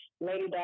Lady